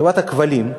חברת הכבלים,